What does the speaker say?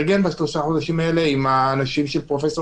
בשלושת החודשים האלה נתארגן יחד עם האנשים של פרופסור